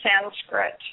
Sanskrit